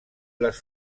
les